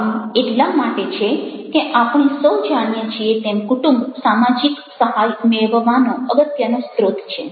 આવું એટલા માટે છે કે આપણે સૌ જાણીએ છીએ તેમ કુટુંબ સામાજિક સહાય મેળવવાનો અગત્યનો સ્ત્રોત છે